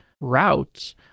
routes